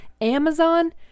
Amazon